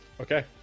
Okay